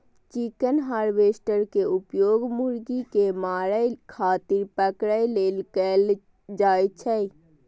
chicken harvester के उपयोग मुर्गी कें मारै खातिर पकड़ै लेल कैल जाइ छै